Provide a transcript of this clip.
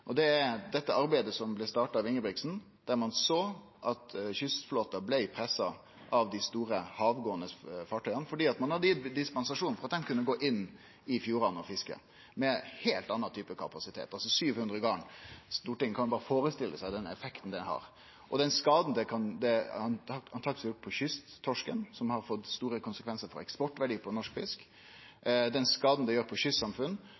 Det er dette arbeidet som blei starta av Ingebrigtsen, der ein såg at kystflåten blei pressa av dei store havgåande fartøya fordi ein hadde gitt dispensasjon for at dei kunne gå inn i fjordane for å fiske med ein heilt annan type kapasitet, altså 700 garn. Stortinget kan berre førestille seg den effekten det har, og den skaden som antakeleg er gjort på kysttorsken, noko som har fått store konsekvensar for eksportverdien på norsk fisk. Det same med den skaden det gjer på kystsamfunn,